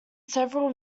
several